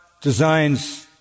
designs